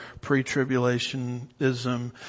pre-tribulationism